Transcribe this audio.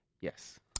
Yes